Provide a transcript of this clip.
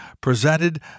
presented